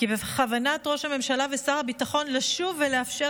בכוונת ראש הממשלה ושר הביטחון לשוב ולאפשר